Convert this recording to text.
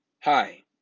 Hi